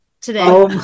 today